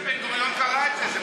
אני זוכר שבן גוריון קרא את זה.